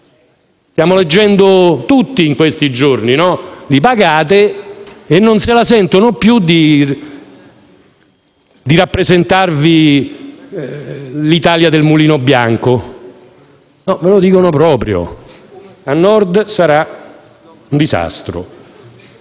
Stiamo leggendo tutti, in questi giorni, che li pagate e non se la sentono più di rappresentarvi come l'Italia del mulino bianco. No, ve lo dicono proprio, e a Nord sarà un disastro.